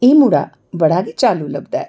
एह् मुड़ा बड़ा गै चाल्लू लगदा ऐ